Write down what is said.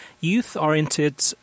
youth-oriented